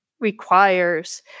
requires